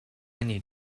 need